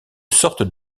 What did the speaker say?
sorte